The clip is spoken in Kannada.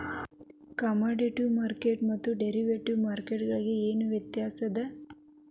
ಕಾಮೊಡಿಟಿ ಮಾರ್ಕೆಟ್ಗು ಮತ್ತ ಡೆರಿವಟಿವ್ ಮಾರ್ಕೆಟ್ಗು ಏನ್ ವ್ಯತ್ಯಾಸದ?